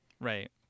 Right